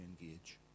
engage